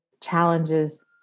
challenges